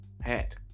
hat